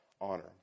honor